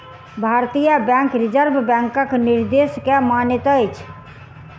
भारतीय bank reserve बैंकक निर्देश के मानैत अछि